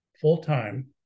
full-time